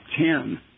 ten